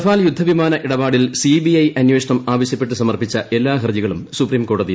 Rafale യുദ്ധവിമാന ഇടപാടിൽ സ്പ്രി ബി ഐ അന്വേഷണം ആവശ്യപ്പെട്ട് സമർപ്പിച്ച എല്ലാ ഷ്ടർജികളും സുപ്രീംകോടതി തള്ളി